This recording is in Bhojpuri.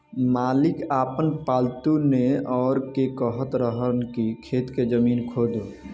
मालिक आपन पालतु नेओर के कहत रहन की खेत के जमीन खोदो